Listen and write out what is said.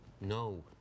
no